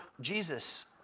Jesus